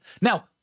Now